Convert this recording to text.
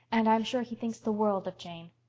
and i'm sure he thinks the world of jane.